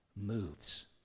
moves